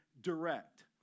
direct